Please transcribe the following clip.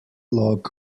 log